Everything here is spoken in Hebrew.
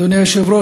אדוני היושב-ראש,